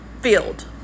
field